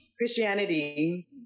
Christianity